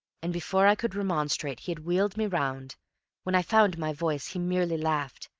and before i could remonstrate he had wheeled me round when i found my voice he merely laughed,